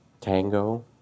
tango